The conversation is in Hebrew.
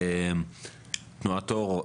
תנועת אור,